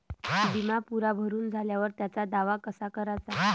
बिमा पुरा भरून झाल्यावर त्याचा दावा कसा कराचा?